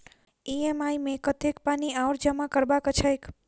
EMI मे कतेक पानि आओर जमा करबाक छैक?